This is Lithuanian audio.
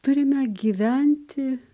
turime gyventi